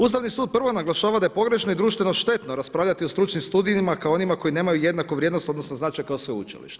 Ustavni sud prvo naglašava da je pogrešno i društveno štetno raspravljati o stručnim studijima kao onima koji nemaju jednaku vrijednost, odnosno značaj kao sveučilišni.